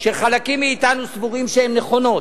שחלקים מאתנו סבורים שהן נכונות,